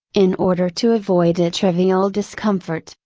in order to avoid a trivial discomfort,